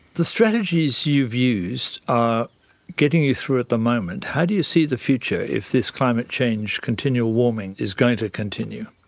the strategies you've used are getting you through at the moment. how do you see the future if this climate change, continual warming, is going to continue?